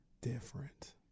different